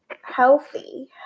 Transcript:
healthy